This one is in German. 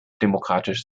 demokratisch